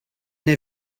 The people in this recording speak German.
der